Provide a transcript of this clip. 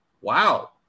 Wow